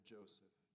Joseph